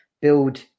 build